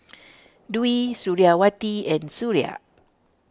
Dwi Suriawati and Suria